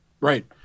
Right